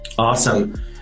Awesome